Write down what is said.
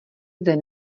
zde